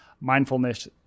mindfulness